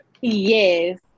Yes